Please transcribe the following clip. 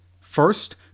First